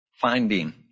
Finding